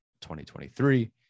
2023